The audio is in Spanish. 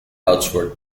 oxford